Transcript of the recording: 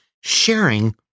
sharing